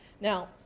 Now